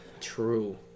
True